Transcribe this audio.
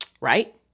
Right